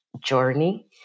journey